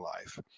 life